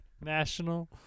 National